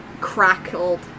crackled